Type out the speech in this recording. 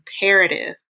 imperative